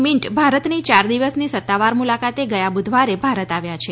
Myint ભારતની ચાર દિવસની સત્તાવાર મુલાકાતે ગયા બુધવારે ભારત આવ્યા છે